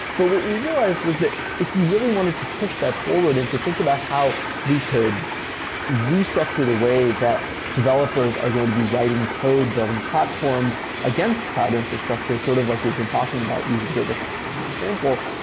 but what we realized was that if you really wanted to push that forward and to think about how we could restructure the way that developers are going to be writing code building platforms against cloud infrastructures sort of like we've been talking about using data science as an example,